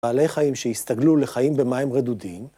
בעלי חיים שהסתגלו לחיים במים רדודים.